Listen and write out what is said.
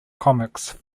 comics